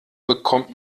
bekommt